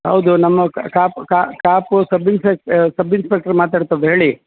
ಹೌದು ನಮ್ಮ Kapu Kapu sub inspector sub inspector ಮಾತಾಡ್ತಿರೋದ್ ಹೇಳಿ